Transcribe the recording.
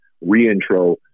re-intro